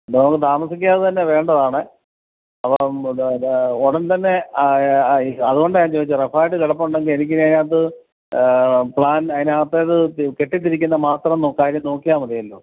അത് നമുക്ക് താമസിയാതെ തന്നെ വേണ്ടതാണ് അപ്പം ഉടന് തന്നെ അതുകൊണ്ടാണ് ഞാന് ചോദിച്ചത് റഫായിട്ട് കിടപ്പുണ്ടെങ്കില് എനിക്കിനി അതിനകത്ത് പ്ലാൻ അതിനകത്തിത് കെട്ടിത്തിരിക്കുന്ന മാത്രം കാര്യം നോക്കിയാല് മതിയല്ലോ